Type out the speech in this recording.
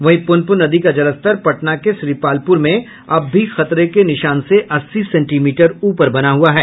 वहीं पुनपुन नदी का जलस्तर पटना के श्रीपालपुर में अब भी खतरे के निशान से अस्सी सेंटीमीटर ऊपर बना हुआ है